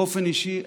באופן אישי,